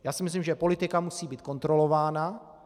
Já si myslím, že politika musí být kontrolována.